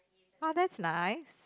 [wah] that's nice